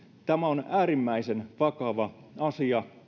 tämä on äärimmäisen vakava asia